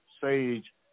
sage